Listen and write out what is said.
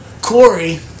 Corey